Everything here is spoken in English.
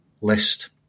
list